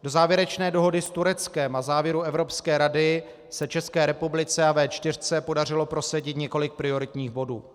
Do závěrečné dohody s Tureckem a závěrů Evropské rady se České republice a V4 podařilo prosadit několik prioritních bodů.